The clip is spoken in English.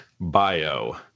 bio